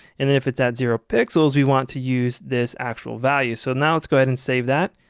and then if it's at zero pixels we want to use this actual value. so now let's go ahead and save that,